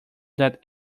that